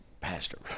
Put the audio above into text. Pastor